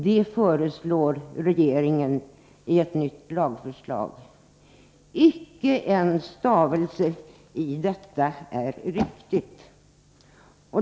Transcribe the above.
— Det föreslår regeringen i ett nytt lagförslag. Icke en stavelse i detta är riktig!